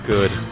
Good